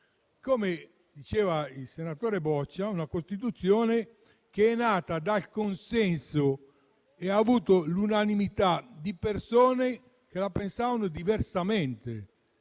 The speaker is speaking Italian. come diceva il senatore Boccia - è nata dal consenso e ha avuto l'unanimità di persone che la pensavano diversamente